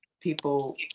people